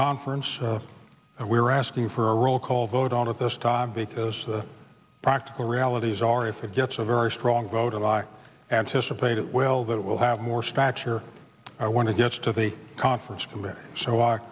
conference we were asking for a roll call vote on it this time because the practical realities are if it gets a very strong vote and i anticipate it well that it will have more stature i want to get to the conference committee so i walk